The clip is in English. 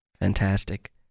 fantastic